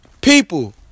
People